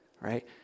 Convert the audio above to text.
right